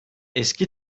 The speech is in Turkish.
eski